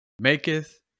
maketh